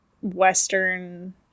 western